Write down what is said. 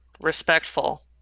Respectful